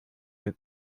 sind